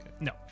No